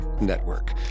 Network